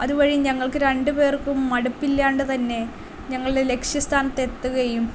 അതുവഴി ഞങ്ങൾക്ക് രണ്ട് പേർക്കും മടുപ്പില്ലാണ്ട് തന്നെ ഞങ്ങൾ ലക്ഷ്യ സ്ഥാനത്തെത്തുകയും